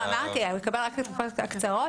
אמרתי שהוא יקבל רק את התקופות הקצרות,